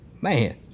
man